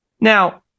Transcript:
Now